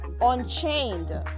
Unchained